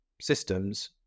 systems